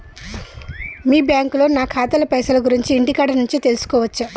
మీ బ్యాంకులో నా ఖాతాల పైసల గురించి ఇంటికాడ నుంచే తెలుసుకోవచ్చా?